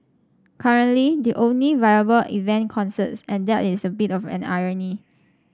currently the only viable event concerts and that is a bit of an irony